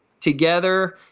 together